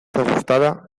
asustada